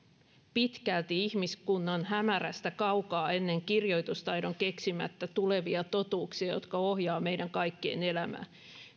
pitkälti ihmiskunnan hämärästä kaukaa ennen kirjoitustaidon keksimistä tulevia totuuksia jotka ohjaavat meidän kaikkien elämää